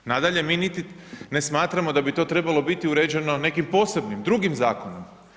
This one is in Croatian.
Nadalje, mi niti ne smatramo da bi to trebalo biti uređeno nekim posebnim, drugim zakonom.